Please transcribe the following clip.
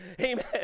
Amen